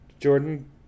Jordan